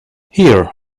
here